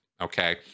Okay